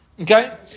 Okay